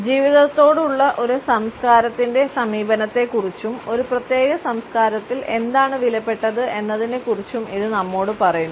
ജീവിതത്തോടുള്ള ഒരു സംസ്കാരത്തിന്റെ സമീപനത്തെക്കുറിച്ചും ഒരു പ്രത്യേക സംസ്കാരത്തിൽ എന്താണ് വിലപ്പെട്ടത് എന്നത്തിനെക്കുറിച്ചും ഇത് നമ്മോട് പറയുന്നു